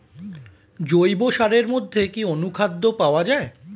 জৈব সারের মধ্যে কি অনুখাদ্য পাওয়া যায়?